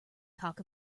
cock